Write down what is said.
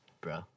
bro